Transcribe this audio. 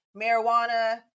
marijuana